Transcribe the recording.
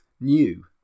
new